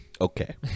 Okay